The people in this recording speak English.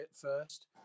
first